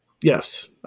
Yes